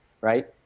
right